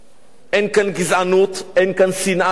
אין כאן גזענות, אין כאן שנאת הזר.